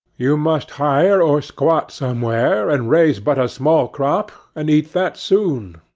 you must hire or squat somewhere, and raise but a small crop, and eat that soon.